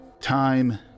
time